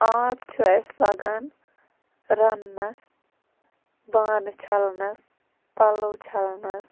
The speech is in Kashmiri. آب چھُ اَسہِ لَگان رَںنَس بانہٕ چھَلنَس پَلو چھَلنَس